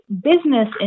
business